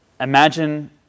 Imagine